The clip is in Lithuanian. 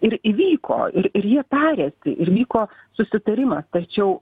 ir įvyko ir ir jie tarėsi ir vyko susitarimas tačiau